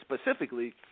specifically